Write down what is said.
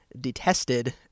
detested